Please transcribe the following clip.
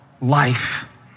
life